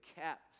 kept